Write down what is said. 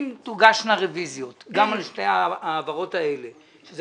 אם תוגשנה רביזיות גם על שתי העברות האלה שאלו